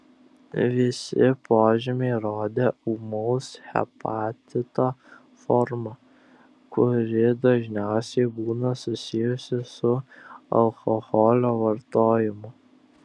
visi požymiai rodė ūmaus hepatito formą kuri dažniausiai būna susijusi su alkoholio vartojimu